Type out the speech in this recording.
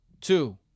two